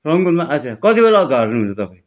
रङ्गबुलमा अच्छा कति बेला झर्नुहुन्छ तपाईँ